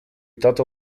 tato